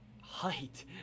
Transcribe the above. height